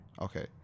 Okay